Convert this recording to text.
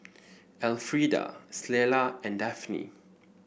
Elfrieda Clella and Daphne